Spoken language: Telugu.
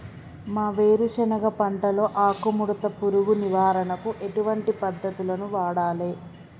మా వేరుశెనగ పంటలో ఆకుముడత పురుగు నివారణకు ఎటువంటి పద్దతులను వాడాలే?